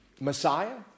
Messiah